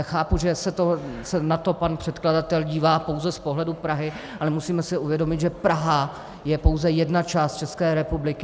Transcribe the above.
Chápu, že se na to pan předkladatel dívá pouze z pohledu Prahy, ale musíme si uvědomit, že Praha je pouze jedna část České republiky.